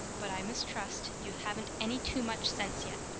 but i mistrust you haven't any too much sense yet.